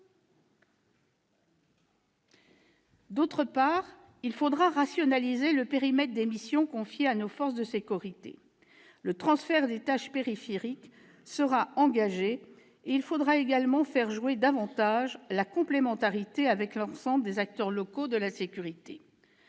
D'autre part, il faudra rationaliser le périmètre des missions confiées à nos forces de sécurité- le transfert des tâches périphériques sera engagé et il faudra également faire jouer davantage la complémentarité avec l'ensemble des acteurs locaux de la sécurité.